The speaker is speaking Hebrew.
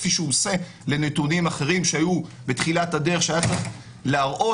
כפי שהוא עושה לנתונים אחרים שהיו בתחילת הדרך שהיה צריך להראות